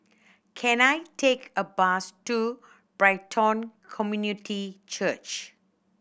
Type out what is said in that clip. can I take a bus to Brighton Community Church